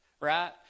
right